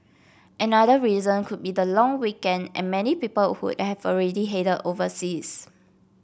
another reason could be the long weekend and many people would have already headed overseas